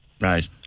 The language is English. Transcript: Right